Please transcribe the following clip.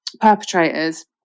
perpetrators